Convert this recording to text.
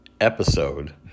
episode